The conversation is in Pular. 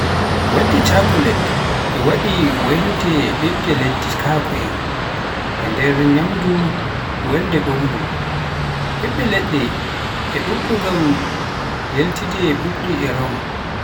Waɗde Cakulat e waɗi waylude ɓiɗɓe leɗɗe kakao e nder ñaamdu welndu e ɓuuɓndu. Ɓiɗɓe leɗɗe e ɓuuɓnee ngam ƴellitde ɓuuɓri e arom